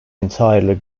entirely